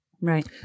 right